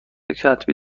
کتبی